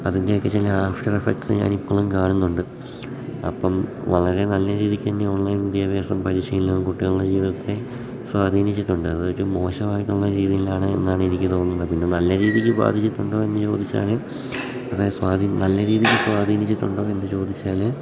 അതിൻ്റെയൊക്കെ ചില after effects ഞാനിപ്പോഴും കാണുന്നുണ്ട് അപ്പം വളരെ നല്ല രീതിക്കു തന്നെ ഓൺലൈൻ വിദ്യാഭ്യാസം പരിശീലനവും കുട്ടികളുടെ ജീവിതത്തെ സ്വാധീനിച്ചിട്ടുണ്ട് അതൊരു മോശമായിട്ടുള്ള രീതിയിലാണ് എന്നാണ് എനിക്ക് തോന്നുന്നത് പിന്നെ നല്ല രീതിക്ക് ബാധിച്ചിട്ടുണ്ടോ എന്ന് ചോദിച്ചാൽ അതായത് സ്വാധീ നല്ല രീതിയിൽ സ്വാധീനിച്ചിട്ടുണ്ടോ എന്നു ചോദിച്ചാൽ